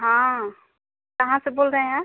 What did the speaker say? हाँ कहाँ से बोल रहे हैं